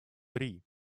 три